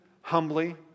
humbly